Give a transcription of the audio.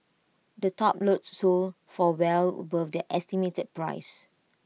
the top lots sold for well above their estimated price